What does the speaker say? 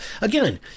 again